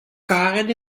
karet